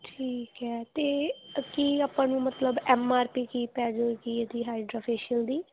ਠੀਕ ਹੈ ਅਤੇ ਕੀ ਆਪਾਂ ਨੂੰ ਮਤਲਬ ਐਮ ਆਰ ਪੀ ਕੀ ਪੈ ਜਾਏਗੀ ਇਹਦੀ ਹਾਈਡਰਾ ਫੇਸ਼ੀਅਲ ਦੀ